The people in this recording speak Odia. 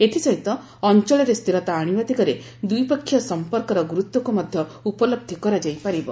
ଏଥିସହିତ ଅଞ୍ଚଳରେ ସ୍ଥିରତା ଆଶିବା ଦିଗରେ ଦ୍ୱିପକ୍ଷିୟ ସଂପର୍କର ଗୁରୁତ୍ୱକୁ ମଧ୍ୟ ଉପଲବ୍ଧି କରାଯାଇ ପାରିବ